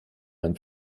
einem